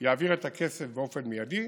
יעביר את הכסף באופן מיידי,